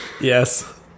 Yes